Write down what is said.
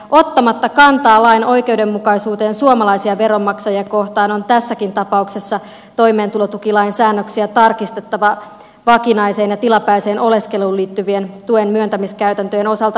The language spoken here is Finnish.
ottamatta kantaa lain oikeudenmukaisuuteen suomalaisia veronmaksajia kohtaan on tässäkin tapauksessa toimeentulotukilain säännöksiä tarkistettava vakinaiseen ja tilapäiseen oleskeluun liittyvien tuen myöntämiskäytäntöjen osalta